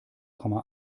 komma